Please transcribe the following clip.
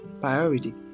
Priority